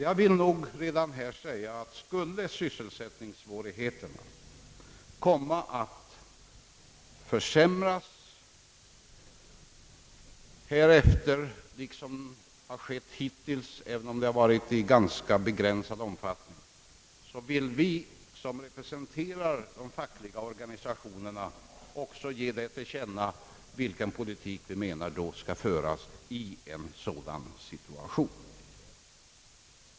Jag vill nog redan nu säga att skulle sysselsättningsmöjligheterna komma att försämras härefter, liksom har skett hittills, även om det har varit i begränsad omfattning, så vill vi som representerar de fackliga organisationerna också ge till känna vilken politik vi anser skall föras i en sådan situation.